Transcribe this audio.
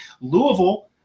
Louisville